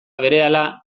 berehala